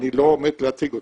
אני לא עומד להציג אותם,